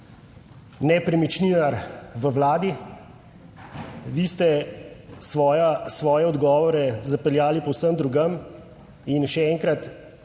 nepremičninar v vladi. Vi ste svoje odgovore zapeljali povsem drugam. In še enkrat,